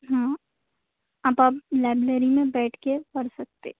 ہاں اب آپ لائبریری میں بیٹھ کے پڑھ سکتے